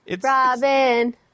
robin